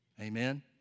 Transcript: Amen